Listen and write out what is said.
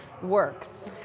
Works